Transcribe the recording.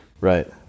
Right